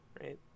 right